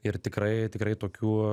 ir tikrai tikrai tokių